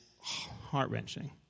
heart-wrenching